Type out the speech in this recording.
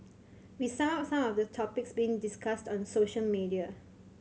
we sum up some of the topics being discussed on social media